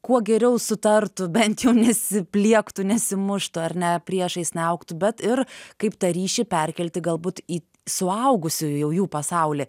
kuo geriau sutartų bent jau nesipliektų nesimuštų ar ne priešais neaugtų bet ir kaip tą ryšį perkelti galbūt į suaugusiųjų jau jų pasaulį